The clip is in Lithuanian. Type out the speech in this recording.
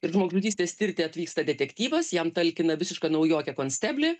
ir žmogžudystės tirti atvyksta detektyvas jam talkina visiška naujokė konsteblė